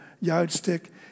yardstick